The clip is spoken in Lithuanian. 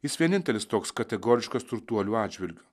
jis vienintelis toks kategoriškas turtuolių atžvilgiu